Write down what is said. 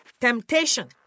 Temptation